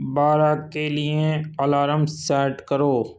بارہ کے لیے الارم سیٹ کرو